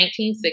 1960